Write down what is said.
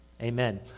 amen